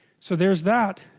so there's that